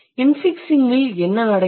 இன்ஃபிக்ஸிங்கில் என்ன நடக்கும்